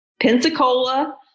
Pensacola